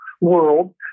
world